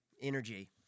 energy